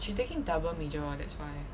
she taking double major lor that's why